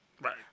Right